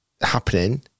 happening